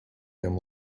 him